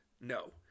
No